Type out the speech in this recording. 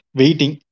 waiting